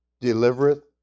delivereth